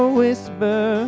whisper